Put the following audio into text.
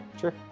Sure